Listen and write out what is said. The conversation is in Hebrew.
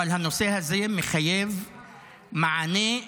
אבל הנושא הזה מחייב מענה משכנע,